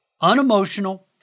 unemotional